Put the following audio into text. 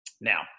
Now